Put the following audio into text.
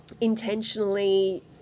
intentionally